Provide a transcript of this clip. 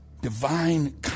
divine